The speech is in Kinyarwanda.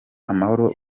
amahoro